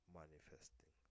manifesting